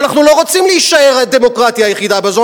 אבל אנחנו לא רוצים להישאר הדמוקרטיה היחידה באזור.